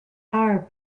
are